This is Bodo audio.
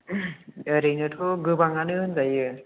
ओरैनोथ' गोबाङानो होनजायो